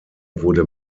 wurde